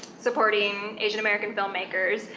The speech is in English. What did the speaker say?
supporting asian american film makers.